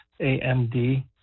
AMD